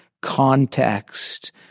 context